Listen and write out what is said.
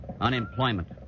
Unemployment